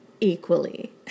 equally